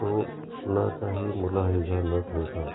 तो कुणाचाही मुलाहिजा न ठेवता